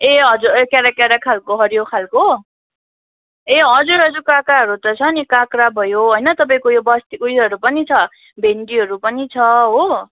ए हजुर केरेक् केरेक् खालको हरियो खालको ए हजुर हजुर काँक्राहरू त छ नि काँक्रा भयो होइन तपाईँको यो बस्तीको ऊ योहरू पनि छ भेन्डीहरू पनि छ हो